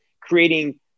creating